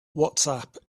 whatsapp